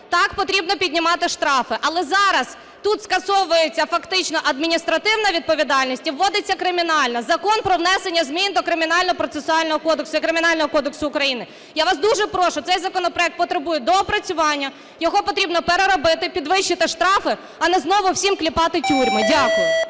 Так, потрібно піднімати штрафи, але зараз тут скасовується фактично адміністративна відповідальність і вводиться кримінальна, Закон про внесення змін до Кримінального процесуального кодексу і Кримінального кодексу України. Я вас дуже прошу, цей законопроект потребує доопрацювання, його потрібно переробити, підвищити штрафи, а не знову всім клепати тюрми. Дякую.